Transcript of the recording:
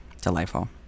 Delightful